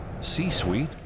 C-Suite